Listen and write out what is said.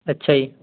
ਅੱਛਾ ਜੀ